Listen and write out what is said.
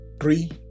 three